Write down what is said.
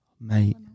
Mate